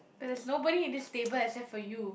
but there's nobody in this table except for you